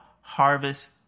Harvest